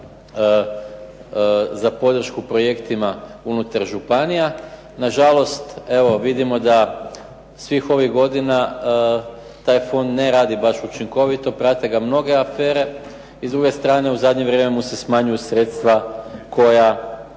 za podršku projektima unutar županija. Na žalost, evo vidimo da svih ovih godina taj fond ne radi baš učinkovito. Prate ga mnoge afere i s druge strane u zadnje vrijeme mu se smanjuju sredstva koja